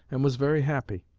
and was very happy